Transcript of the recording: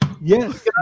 Yes